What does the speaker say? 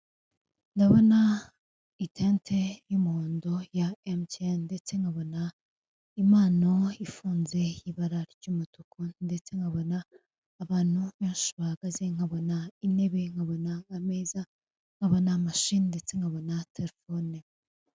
Ndabona itente y'umuhondo ya emutiyeni ndetse nkabona impano ifunze y'ibara ry'umutuku, ndetse nkabona abantu benshi bahagaze nkabona intebe, nkabona ameza nkabona mashini ndetse nkabona terefone.